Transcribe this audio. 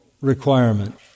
requirement